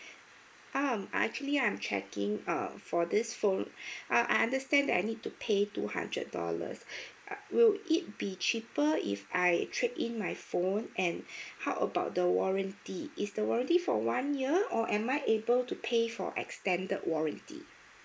um I actually I'm checking uh for this phone I understand that I need to pay two hundred dollars uh will it be cheaper if I trade in my phone and how about the warranty is the warranty for one year or am I able to pay for extended warranty